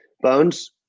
Bones